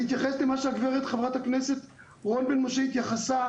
אני אתייחס למה שהגברת חברת הכנסת רון בן משה התייחסה,